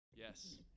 Yes